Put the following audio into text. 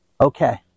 okay